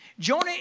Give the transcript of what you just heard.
Jonah